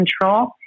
control